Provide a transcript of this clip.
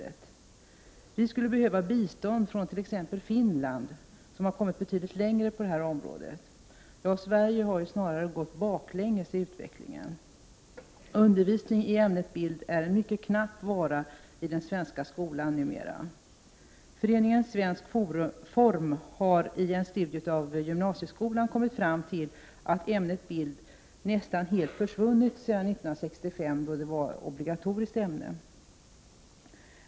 Vi skulle behöva bistånd från t.ex. Finland, som har kommit mycket längre än vad vi gjort på detta område. Ja, i Sverige har utvecklingen snarast gått baklänges. Undervisning i ämnet i bild är en mycket knapp vara i den svenska skolan numera. Föreningen Svensk form har i en studie kommit fram till att ämnet bild nästan helt försvunnit i gymnasieskolan sedan det 1965 upphörde att var obligatoriskt.